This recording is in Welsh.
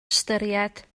ystyried